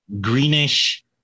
greenish